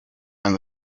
and